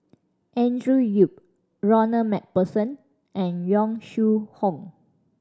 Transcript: Andrew Yip Ronald Macpherson and Yong Shu Hoong